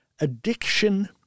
Addiction